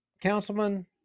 councilman